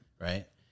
Right